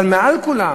אבל מעל כולם,